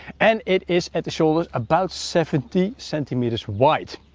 and it is at the shoulders about seventy centimeters wide.